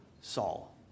Saul